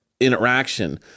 interaction